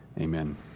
Amen